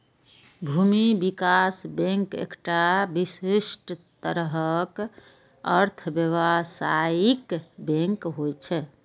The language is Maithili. भूमि विकास बैंक एकटा विशिष्ट तरहक अर्ध व्यावसायिक बैंक होइ छै